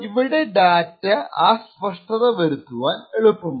ഇവിടെ ഡാറ്റ അസ്പഷ്ടത വരുത്തുവാൻ എളുപ്പമാണ്